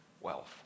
wealth